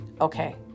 Okay